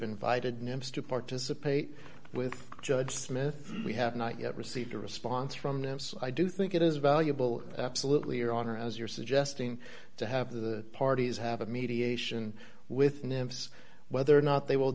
invited members to participate with judge smith we have not yet received a response from them so i do think it is valuable absolutely your honor as you're suggesting to have the parties have a mediation with nimbus whether or not they will